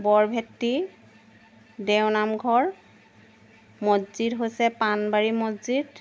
বৰভেটী দেও নামঘৰ মছজিদ হৈছে পাণবাৰী মছজিদ